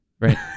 Right